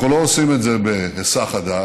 אנחנו לא עושים את זה בהיסח הדעת.